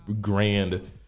grand